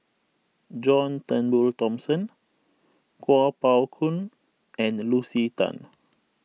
John Turnbull Thomson Kuo Pao Kun and Lucy Tan